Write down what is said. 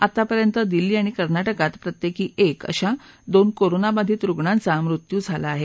आत्तापर्यंत दिल्ली आणि कर्नाटकात प्रत्येकी एक अशा दोन कोरोनाबाधित रुग्णांचा मृत्यू झाला आहे